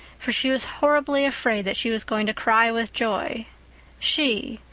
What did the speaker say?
for she was horribly afraid that she was going to cry with joy she,